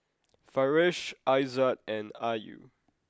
Farish Aizat and Ayu